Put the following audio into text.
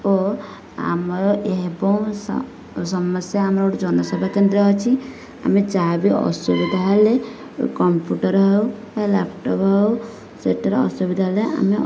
ଓ ଆମର ଏବଂ ସମସ୍ୟା ଆମର ଗୋଟିଏ ଜନସେବା କେନ୍ଦ୍ର ଅଛି ଆମେ ଯାହାବି ଅସୁବିଧା ହେଲେ କମ୍ପ୍ୟୁଟର ହେଉ ବା ଲ୍ୟାପଟପ୍ ହେଉ ସେଠାରେ ଅସୁବିଧା ହେଲେ ଆମେ